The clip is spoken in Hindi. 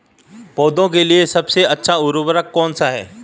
पौधों के लिए सबसे अच्छा उर्वरक कौनसा हैं?